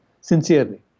sincerely